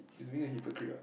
he is being a hypocrite [what]